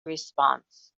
response